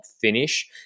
finish